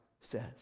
says